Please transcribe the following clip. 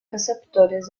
receptores